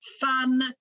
fun